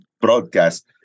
broadcast